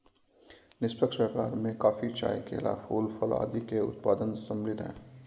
निष्पक्ष व्यापार में कॉफी, चाय, केला, फूल, फल आदि के उत्पाद सम्मिलित हैं